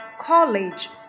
College